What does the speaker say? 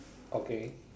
okay